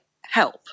help